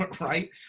right